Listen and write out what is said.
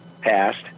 passed